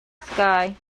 sky